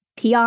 PR